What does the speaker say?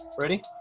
Ready